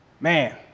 Man